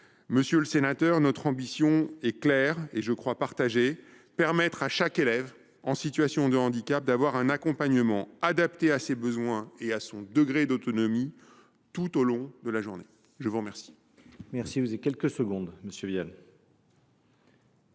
Monsieur le sénateur, notre ambition est claire – et je crois qu’elle est partagée –: permettre à chaque élève en situation de handicap d’avoir un accompagnement adapté à ses besoins et à son degré d’autonomie, tout au long de la journée. La parole